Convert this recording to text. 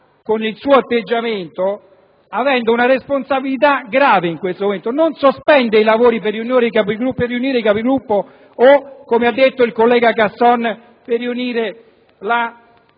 con il suo atteggiamento sta assumendosi una responsabilità grave di non sospendere i lavori per riunire i Capigruppo o, come ha detto il collega Casson, per riunire la